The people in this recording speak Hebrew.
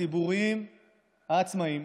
הציבוריים העצמאיים.